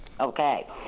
Okay